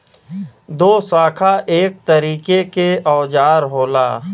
दोशाखा एक तरीके के औजार होला